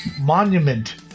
monument